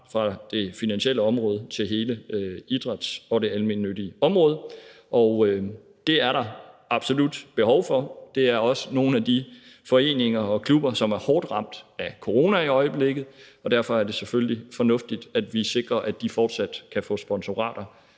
fra det finansielle område til hele idrætsområdet og det almennyttige område. Det er der absolut behov for. Det er også nogle af de foreninger og klubber, som er hårdt ramt af corona i øjeblikket, og derfor er det selvfølgelig fornuftigt, at vi sikrer, at de fortsat kan få sponsorater